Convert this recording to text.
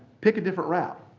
pick a different route.